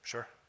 Sure